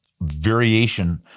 variation